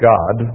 God